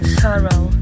sorrow